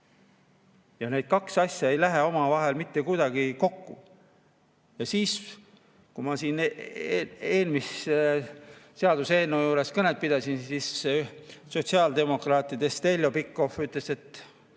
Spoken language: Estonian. Need kaks asja ei lähe omavahel mitte kuidagi kokku. Kui ma eelmise seaduseelnõu juures kõnet pidasin, siis sotsiaaldemokraat Heljo Pikhof ütles, et